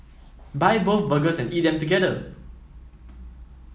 buy both burgers and eat them together